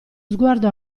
sguardo